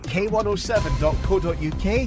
k107.co.uk